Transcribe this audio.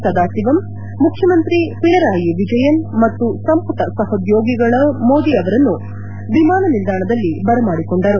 ಸದಾಸಿವಂ ಮುಖ್ಯಮಂತ್ರಿ ಪಿಣರಾಯಿ ವಿಜಯನ್ ಮತ್ತು ಸಂಪುಟ ಸಹೋದ್ಲೋಗಿಗಳು ಮೋದಿ ಅವರನ್ನು ವಿಮಾನ ನಿಲ್ದಾಣದಲ್ಲಿ ಬರಮಾಡಿಕೊಂಡರು